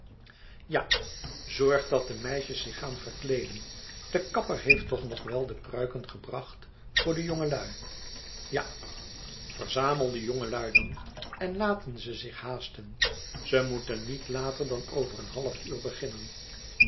ja zorg dat de meisjes zich gaan verkleeden de kapper heeft toch nog wel de pruiken gebracht voor de jongelui ja verzamel de jongelui dan en laten ze zich haasten ze moeten niet later dan over een half uur beginnen